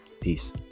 Peace